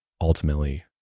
ultimately